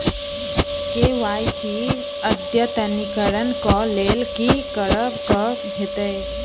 KYC अद्यतनीकरण कऽ लेल की करऽ कऽ हेतइ?